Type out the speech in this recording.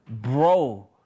Bro